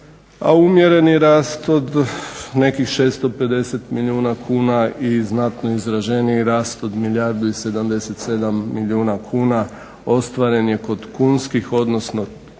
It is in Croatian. umjereni rast od nekih 650 milijuna kuna i znatno izraženiji rast od 1 77 milijuna kuna ostvaren je kod kunskih odnosno